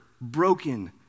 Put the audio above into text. broken